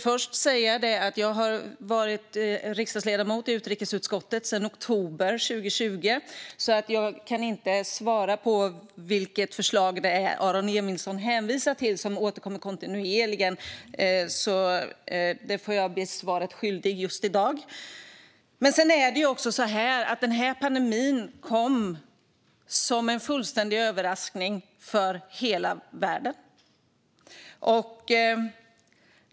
Fru talman! Jag har varit riksdagsledamot i utrikesutskottet sedan oktober 2020, så jag kan inte svara på vilket förslag som Aron Emilsson hänvisar till som återkommer kontinuerligt. Där får jag bli svaret skyldig i dag. Pandemin kom som en fullständig överraskning för hela världen.